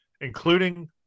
including